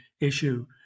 issue